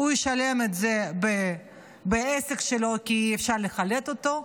הוא ישלם על זה בעסק שלו, כי אפשר לחלט אותו.